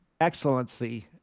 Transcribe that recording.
excellency